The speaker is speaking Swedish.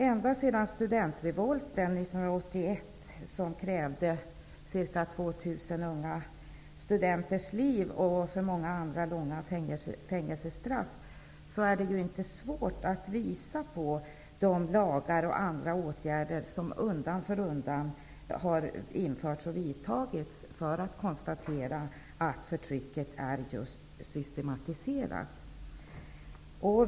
Ända sedan studentrevolten 1981, som krävde ca 2 000 unga studenters liv och innebar långa fängelsestraff för många andra, kan man utan svårighet visa på lagar och åtgärder som undan för undan har införts och vidtagits och därmed konstatera att förtrycket är just systematiserat.